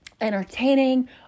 entertaining